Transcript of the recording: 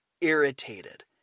irritated